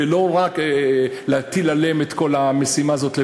ולא רק להטיל עליהם את כל המשימה הזאת,